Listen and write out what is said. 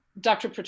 dr